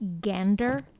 Gander